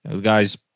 guys